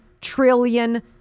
trillion